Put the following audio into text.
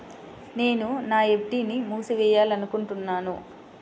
నేను నా ఎఫ్.డీ ని మూసివేయాలనుకుంటున్నాను